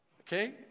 Okay